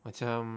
macam